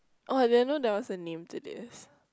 oh I didn't know there was a name to this